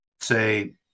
say